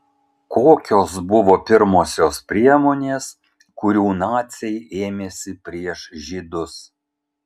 kokios buvo pirmosios priemonės kurių naciai ėmėsi prieš žydus